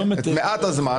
את מעט הזמן.